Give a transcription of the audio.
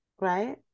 right